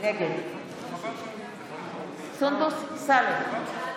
נגד סונדוס סאלח,